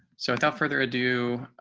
so without further ado,